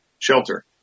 shelter